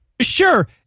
Sure